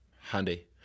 Handy